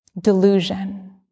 delusion